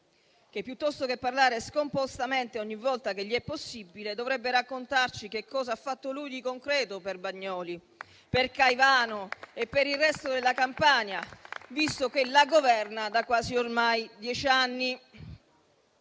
che piuttosto che parlare scompostamente ogni volta che gli è possibile, dovrebbe raccontarci cosa ha fatto lui di concreto per Bagnoli, per Caivano e per il resto della Campania, visto che la governa ormai da quasi dieci anni.